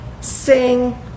sing